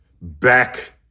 back